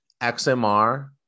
XMR